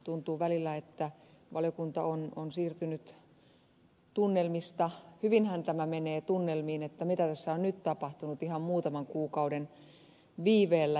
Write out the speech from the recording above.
tuntuu välillä siltä että valiokunta on siirtynyt tunnelmista hyvinhän tämä menee tunnelmiin mitä tässä on nyt tapahtunut ihan muutaman kuukauden viiveellä